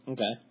Okay